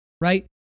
right